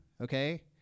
okay